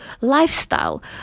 lifestyle